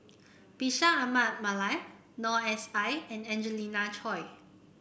Bashir Ahmad Mallal Noor S I and Angelina Choy